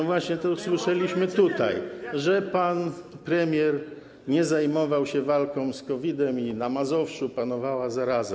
No właśnie usłyszeliśmy tutaj, że pan premier nie zajmował się walką z COVID i na Mazowszu panowała zaraza.